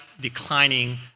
declining